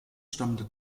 stammende